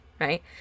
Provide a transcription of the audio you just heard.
right